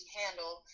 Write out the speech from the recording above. handle